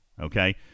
Okay